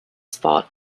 spot